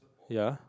ya